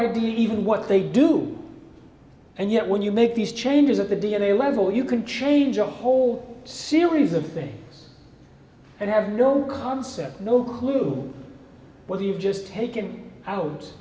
idea even what they do and yet when you make these changes at the d n a level you can change a whole series of things that have no concept no clue whether you've just taken out